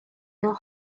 your